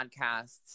podcasts